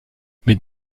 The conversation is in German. mit